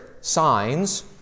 signs